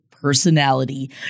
personality